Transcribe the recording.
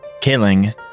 killing